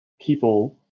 people